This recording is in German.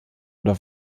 oder